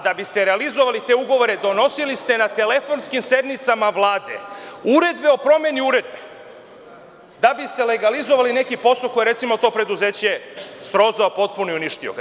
Da biste realizovali te ugovore, donosili ste na telefonskim sednicama Vlade uredbe o promeni uredbe, da biste legalizovali neki posao koji je, recimo, to preduzeće srozao i potpuno ga uništio.